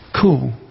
cool